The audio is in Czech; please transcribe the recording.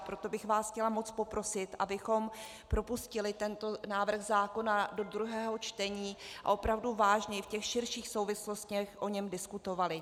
Proto bych vás chtěla moc poprosit, abychom propustili tento návrh zákona do druhého čtení a opravdu vážně v širších souvislostech o něm diskutovali.